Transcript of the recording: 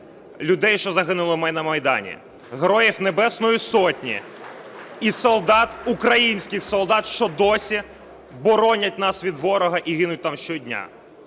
людей, що загинули на Майдані, Героїв Небесної Сотні і солдат, українських солдат, що досі боронять нас від ворога і гинуть там щодня.